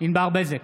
ענבר בזק,